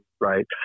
right